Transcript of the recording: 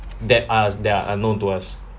that us that are unknown to us